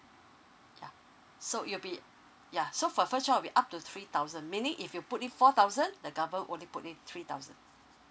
ya so it'll be ya so for first child will be up to three thousand meaning if you put in four thousand the government only put in three thousand